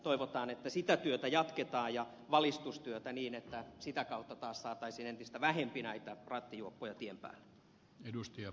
toivotaan että sitä työtä ja valistustyötä jatketaan niin että sitä kautta taas saataisiin entistä vähemmän näitä rattijuoppoja tien päälle